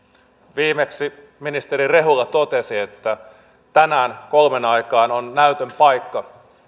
viimeksi ministeri rehula totesi että tänään kolmen aikaan on näytön paikka